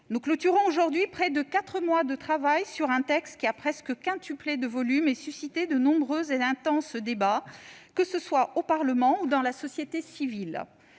nous clôturons aujourd'hui près de quatre mois de travail sur un texte qui a presque quintuplé de volume et suscité de nombreux et intenses débats, que ce soit au Parlement ou dans la société civile.